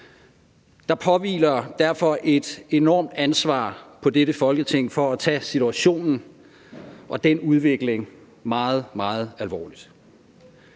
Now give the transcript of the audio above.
Der påhviler derfor et enormt ansvar på dette Folketing for at tage situationen og den udvikling meget, meget alvorligt.